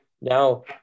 Now